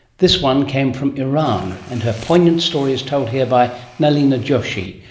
this one came from iran and her poignant story is told here by nalini joshi,